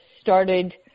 started